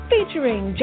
Featuring